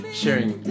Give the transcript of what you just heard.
sharing